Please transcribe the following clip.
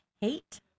hate